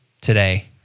Today